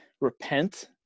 repent